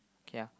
yeah